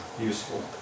useful